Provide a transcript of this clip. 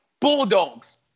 bulldogs